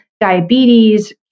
diabetes